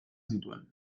zituen